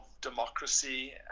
democracy